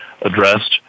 addressed